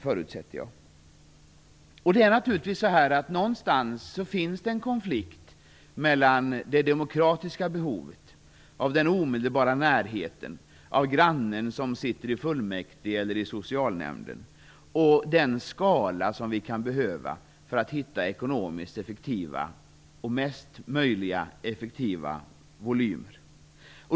Någonstans finns det naturligtvis en konflikt mellan det demokratiska behovet av den omedelbara närheten, av grannen som sitter i fullmäktige eller i Socialnämnden och den skala vi kan behöva för att hitta de ekonomiskt mest effektiva volymerna.